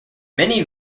many